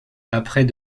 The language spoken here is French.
après